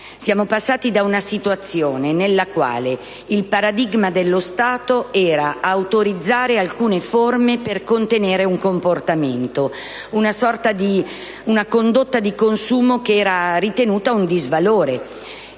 Siamo passati da una situazione nella quale il paradigma dello Stato era autorizzare alcune forme per contenere un comportamento, una condotta di consumo ritenuta un disvalore.